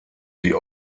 sie